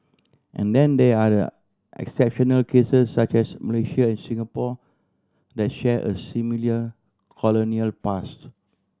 and then there are the exceptional cases such as Malaysia and Singapore that share a similar colonial past